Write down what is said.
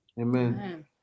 amen